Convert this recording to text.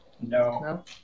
no